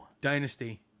Dynasty